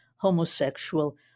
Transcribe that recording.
homosexual